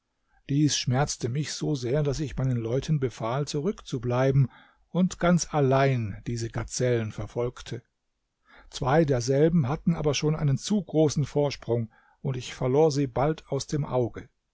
dies schmerzte mich so sehr daß ich meinen leuten befahl zurückzubleiben und ganz allein diese gazellen verfolgte zwei derselben hatten aber schon einen zu großen vorsprung und ich verlor sie bald aus dem auge